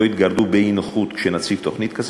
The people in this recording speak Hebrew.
יתגרדו באי-נוחות כאשר נציג תוכנית כזאת,